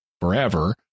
forever